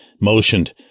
motioned